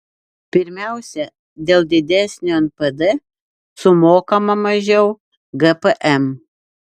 pirmiausia dėl didesnio npd sumokama mažiau gpm